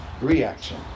reaction